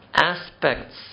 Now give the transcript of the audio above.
aspects